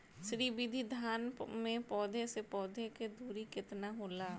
श्री विधि धान में पौधे से पौधे के दुरी केतना होला?